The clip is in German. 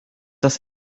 das